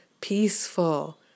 peaceful